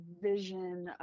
vision